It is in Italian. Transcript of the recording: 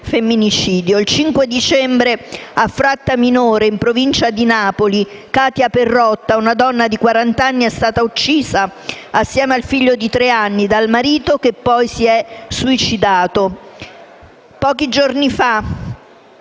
Il 5 dicembre a Frattaminore, in provincia di Napoli, Catia Perrotta, una donna di quaranta anni, è stata uccisa, assieme al figlio di tre anni, dal marito che poi si è suicidato. Pochi giorni fa,